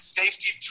safety